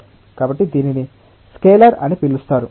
కాబట్టి దీనిని స్కేలార్ అని పిలుస్తారు